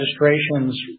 registrations